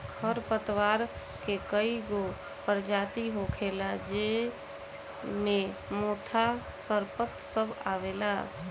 खर पतवार के कई गो परजाती होखेला ज़ेइ मे मोथा, सरपत सब आवेला